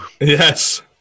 Yes